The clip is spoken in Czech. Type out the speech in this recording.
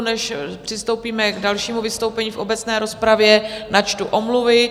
Než přistoupíme k dalšímu vystoupení v obecné rozpravě, načtu omluvy.